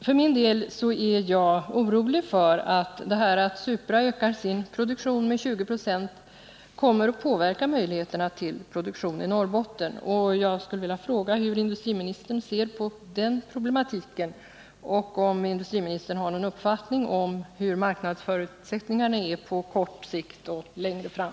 För min del är jag orolig för att detta att Supra ökar sin produktion med 20 26 kommer att påverka möjligheterna till produktion i Norrbotten. Jag skulle vilja fråga hur industriministern ser på den problematiken och om industriministern har någon uppfattning om hur marknadsförutsättningarna är på kort sikt och längre fram.